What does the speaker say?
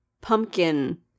pumpkin